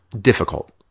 difficult